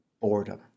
boredom